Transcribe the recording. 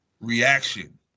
reaction